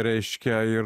reiškia ir